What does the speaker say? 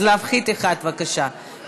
אז להפחית אחד בבקשה.